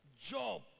job